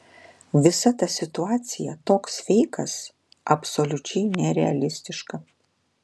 visa ta situacija toks feikas absoliučiai nerealistiška